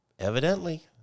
Evidently